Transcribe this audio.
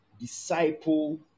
disciple